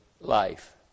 life